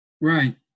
Right